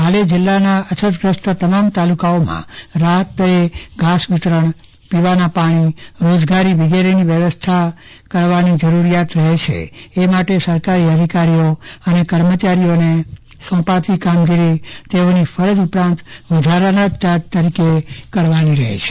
હાલે જીલ્લાના અછતગ્રસ્ત તમામ તાલુકાઓમાં રાહતદરે ઘાસ વિતરણ પીવાના પાણીરોજગારી વગેરેની વ્યવ્સ્થા કરવા જરૂરિયાત રહે છે એ માટે સરકારી અધિકારીઓ અને કર્મચારીઓને સોપાયેલ કામગીરી તેમની ફરજ ઉપરાંત વધારાના ચાર્જ તરીકે કરવાની રહેશે